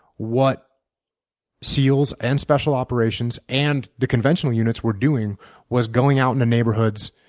what seals and special operations and the conventional units were doing was going out in the neighborhoods,